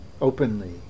openly